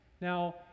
Now